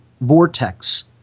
vortex